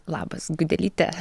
labas gudelyte